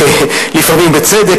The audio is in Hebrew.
לפעמים בצדק,